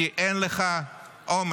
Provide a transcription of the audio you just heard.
כי אין לך אומץ.